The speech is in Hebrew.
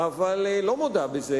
אבל לא מודה בזה.